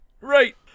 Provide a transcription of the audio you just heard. Right